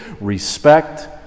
respect